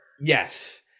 Yes